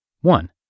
one